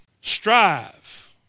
Strive